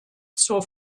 zur